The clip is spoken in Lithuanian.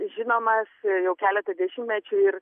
žinomas jau keletą dešimtmečių ir